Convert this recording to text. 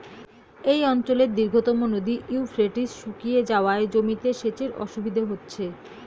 এই অঞ্চলের দীর্ঘতম নদী ইউফ্রেটিস শুকিয়ে যাওয়ায় জমিতে সেচের অসুবিধে হচ্ছে